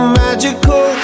magical